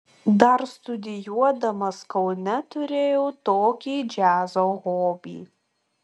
dar studijuodamas kaune turėjau tokį džiazo hobį